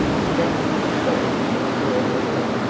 if that mr slope comes here any more,